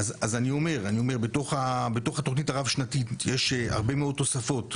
בתוך התוכנית הרב-שנתית יש הרבה מאוד תוספות,